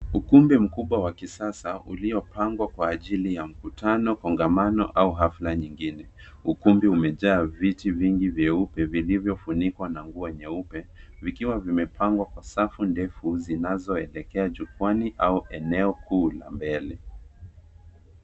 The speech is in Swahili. Ukumbi mkubwa wa kisasa uliopangwa kwa ajili ya mkutano, kongamano au hafla nyingine. Ukumbi umejaa viti vingi vyeupe vilivyofunikwa na nguo nyeupe, vikiwa vimepangwa kwa safu ndefu zinazoelekea jukwaani au eneo kuu la mbele.